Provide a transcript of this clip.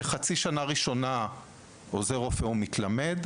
שחצי שנה ראשונה עוזר רופא הוא מתלמד,